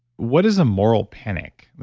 what is a moral panic?